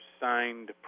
signed